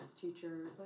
teacher